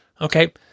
okay